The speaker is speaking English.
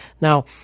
now